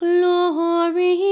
Glory